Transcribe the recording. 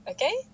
Okay